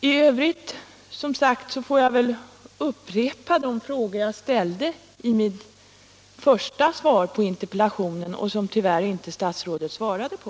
I övrigt får jag väl upprepa de frågor jag ställde i min första replik på interpellationssvaret och som statsrådet tyvärr inte svarade på.